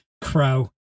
Crow